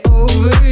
over